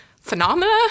phenomena